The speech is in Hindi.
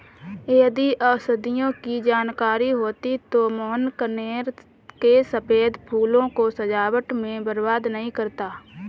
यदि औषधियों की जानकारी होती तो मोहन कनेर के सफेद फूलों को सजावट में बर्बाद नहीं करता